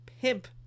pimp